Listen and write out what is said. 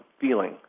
feeling